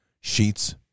Sheets